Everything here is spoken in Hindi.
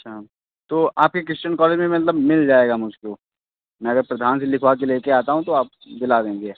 अच्छा तो आपके क्रिश्चियन कॉलेज में मतलब मिल जायेगा मुझको मैं अगर प्रधान से लिखवा के लेके आता हूँ तो आप दिला देंगे